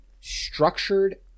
structured